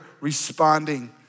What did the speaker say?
responding